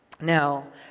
Now